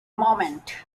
moment